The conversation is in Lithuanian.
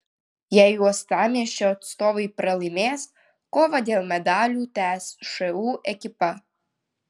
jei uostamiesčio atstovai pralaimės kovą dėl medalių tęs šu ekipa